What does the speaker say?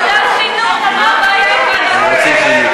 מה הקשר לוועדת הפנים?